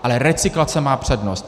Ale recyklace má přednost.